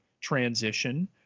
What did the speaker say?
transition